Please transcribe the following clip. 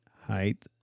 height